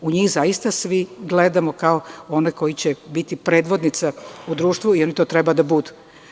U njih zaista svi gledamo kao u one koji će biti predvodnica u društvu, i oni to treba da budu.